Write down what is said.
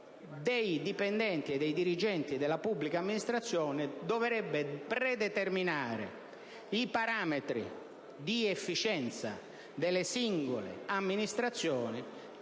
dei dipendenti e dei dirigenti della pubblica amministrazione, e che dovrebbe predeterminare i parametri di efficienza delle singole amministrazioni